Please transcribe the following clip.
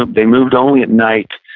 they moved only at night.